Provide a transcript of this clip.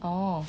oh